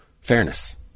fairness